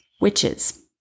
Witches